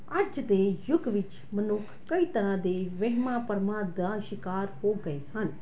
ਅੱਜ ਦੇ ਯੁੱਗ ਵਿੱਚ ਮਨੁੱਖ ਕਈ ਤਰ੍ਹਾਂ ਦੇ ਵਹਿਮਾਂ ਭਰਮਾਂ ਦਾ ਸ਼ਿਕਾਰ ਹੋ ਗਏ ਹਨ